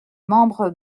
membre